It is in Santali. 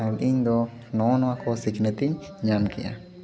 ᱟᱨ ᱤᱧ ᱫᱚ ᱱᱚᱜᱼᱚᱸᱭ ᱱᱚᱣᱟ ᱠᱚ ᱥᱤᱠᱷᱱᱟᱹᱛᱤᱧ ᱧᱟᱢ ᱠᱮᱜᱼᱟ